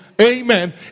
amen